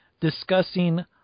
discussing